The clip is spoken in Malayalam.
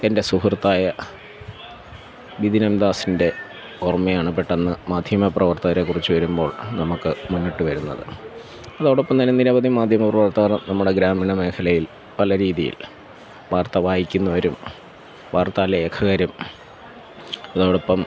എന്റെ സുഹൃത്തായ ബിബിന് എം ദാസിന്റെ ഓര്മ്മയാണ് പെട്ടെന്ന് മാധ്യമപ്രവര്ത്തകരെ കുറിച്ച് വരുമ്പോള് നമുക്കു മുന്നിട്ടു വരുന്നത് അതോടൊപ്പം തന്നെ നിരവധി മാധ്യമ പ്രവര്ത്തകര് നമ്മുടെ ഗ്രാമീണ മേഖലയില് പല രീതിയില് വാര്ത്ത വായിക്കുന്നവരും വാര്ത്താ ലേഖകരും അതോടൊപ്പം